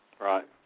Right